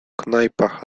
knajpach